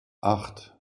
acht